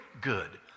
good